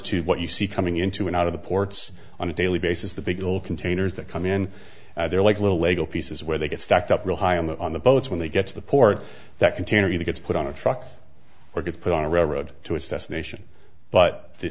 to what you see coming into and out of the ports on a daily basis the big old containers that come in they're like little lego pieces where they get stacked up real high on the boats when they get to the port that container either gets put on a truck or get put on a railroad to its destination but the